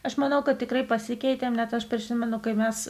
aš manau kad tikrai pasikeitė net aš prisimenu kai mes